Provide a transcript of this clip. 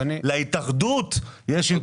להתאחדות יש אינטרס.